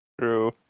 True